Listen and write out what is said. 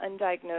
undiagnosed